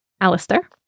Alistair